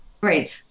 Great